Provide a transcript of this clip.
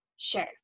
Sure